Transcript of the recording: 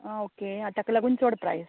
आं ओके तेका लागून चड प्रायस